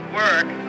work